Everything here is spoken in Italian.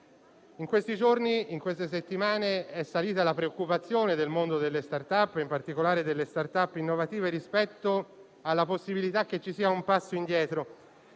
In questi giorni e nelle ultime settimane è salita la preoccupazione del mondo delle *start-up*, in particolare delle *start-up* innovative, rispetto alla possibilità che ci sia un passo indietro.